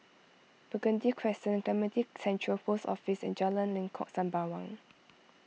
Burgundy Crescent Clementi Central Post Office and Jalan Lengkok Sembawang